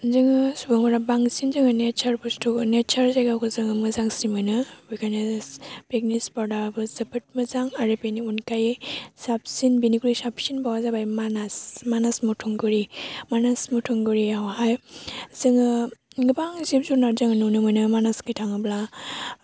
जोङो सुबुंफोरा बांसिन जोङो नेसार बस्थुखौ नेसारेल जायगाखौ जोङो मोजांसिन मोनो बेखायनो पिकनिक स्टप आबो जोबोद मोजां आरो बेनि अनगायै साबसिन बेनिख्रुइ साबसिन बावआ जाबाय मानास मानास मथंगुरि मानास मथंगुरियावहाय जोङो गोबां जिब जुनाद जों नुनो मोनो मानास सकि थाङोब्ला